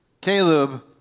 Caleb